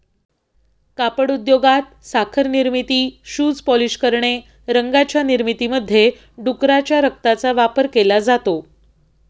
कापड उद्योगात, साखर निर्मिती, शूज पॉलिश करणे, रंगांच्या निर्मितीमध्ये डुकराच्या रक्ताचा वापर केला जातो